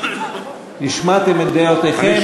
השמעתם את דעותיכם,